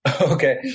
Okay